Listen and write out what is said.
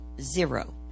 zero